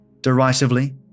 derisively